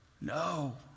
no